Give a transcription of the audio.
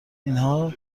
اینها